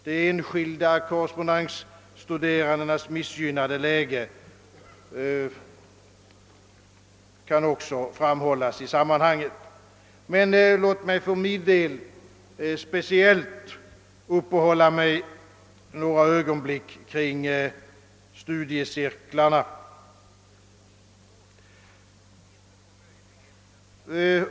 De enskilda korrespondensstuderandenas missgynnade läge kan också framhållas i sammanhanget. Jag vill några ögonblick uppehålla mig speciellt vid studiecirklarna.